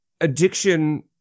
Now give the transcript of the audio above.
addiction